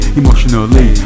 emotionally